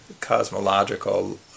cosmological